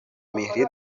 مهریه